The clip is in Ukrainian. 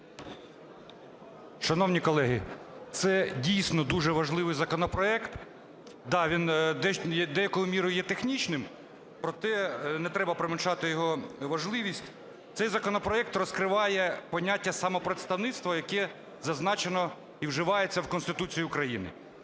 Шановні колеги, це, дійсно, дуже важливий законопроект. Да, він деякою мірою є технічним, проте не треба преуменьшати його важливість. Цей законопроект розкриває поняття "самопредставництва", яке зазначено і вживається в Конституції України.